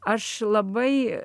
aš labai